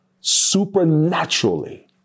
supernaturally